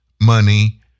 money